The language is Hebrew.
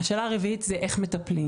השאלה הרביעית היא איך מטפלים,